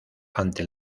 ante